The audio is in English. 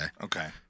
Okay